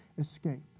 escape